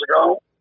ago